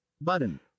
button